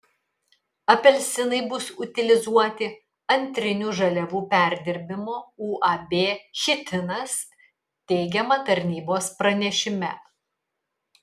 apelsinai bus utilizuoti antrinių žaliavų perdirbimo uab chitinas teigiama tarnybos pranešime